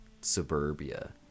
suburbia